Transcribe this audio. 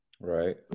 right